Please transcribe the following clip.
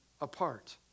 apart